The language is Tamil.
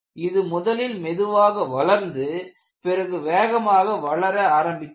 இது முதலில் மெதுவாக வளர்ந்து பிறகு வேகமாக வளர ஆரம்பிக்கிறது